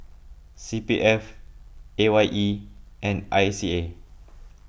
C P F A Y E and I C A